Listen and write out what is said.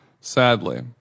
Sadly